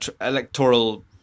electoral